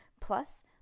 plus